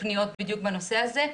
פניות בדיוק בנושא הזה.